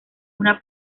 una